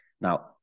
Now